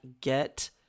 Get